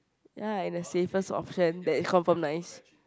ya and the safest option that is confirm nice